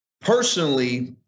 personally